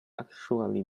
actually